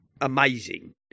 amazing